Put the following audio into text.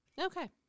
okay